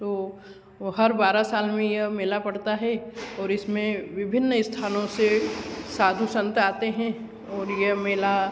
तो वो हर बारह साल में यह मेला पड़ता है और इसमें विभिन्न स्थानों से साधु सांत आते हैं और यह मेला